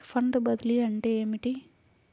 Fund బదిలీ అంటే ఏమిటి?